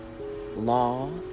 law